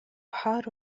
حار